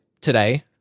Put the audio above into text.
today